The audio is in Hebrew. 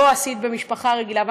שלא עשית במשפחה רגילה?